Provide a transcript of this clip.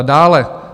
Dále.